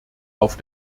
auf